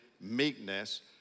meekness